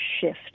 shift